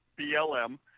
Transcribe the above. BLM